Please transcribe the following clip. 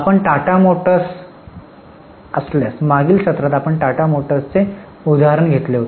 आपण टाटा मोटर्स असल्यास मागील सत्रात आपण टाटा मोटर्सचे उदाहरण घेतले होते